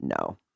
no